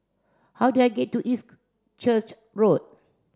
how do I get to East Church Road